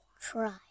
try